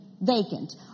Vacant